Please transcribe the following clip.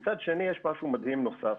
מצד שני, יש משהו מדהים נוסף.